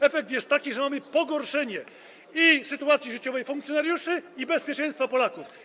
Efekt jest taki, że mamy pogorszenie i sytuacji życiowej funkcjonariuszy, i stanu bezpieczeństwa Polaków.